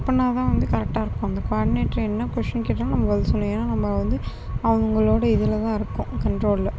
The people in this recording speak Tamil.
அப்படின்னாதான் வந்து கரெட்டாக இருக்கும் அந்தக் குவாடினேட்டர் என்ன கொஸ்டின் கேட்டாலும் நம்ப பதில் சொல்லியாகணும் ஏன்னால் நம்ப வந்து அவங்களோட இதில்தான் இருக்கோம் கன்ட்ரோலில்